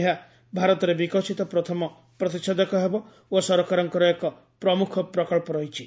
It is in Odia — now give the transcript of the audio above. ଏହା ଭାରତରେ ବିକଶିତ ପ୍ରଥମ ପ୍ରତିଷେଧକ ହେବ ଓ ସରକାରଙ୍କର ଏକ ପ୍ରମୁଖ ପ୍ରକଳ୍ପ ରହିଛି